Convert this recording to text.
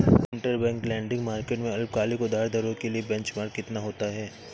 Interbank lending market में अल्पकालिक उधार दरों के लिए बेंचमार्क कितना होता है?